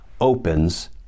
opens